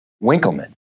Winkleman